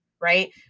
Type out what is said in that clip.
Right